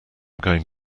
going